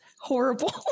Horrible